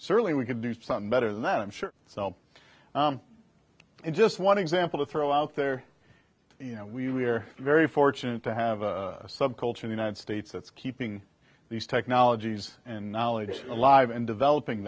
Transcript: certainly we could do something better than that i'm sure it's all just one example to throw out there you know we're very fortunate to have a subculture the united states that's keeping these technologies and knowledge alive and developing